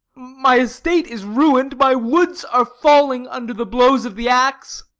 my estate is ruined, my woods are falling under the blows of the axe.